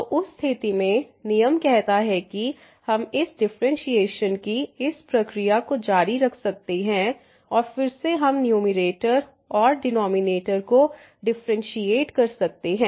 तो उस स्थिति में नियम कहता है कि हम इन डिफरेंशिएशन की इस प्रक्रिया को जारी रख सकते हैं और फिर से हम न्यूमैरेटर और डिनॉमिनेटर को डिफरेंटशिएट कर सकते हैं